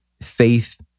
faith